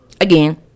again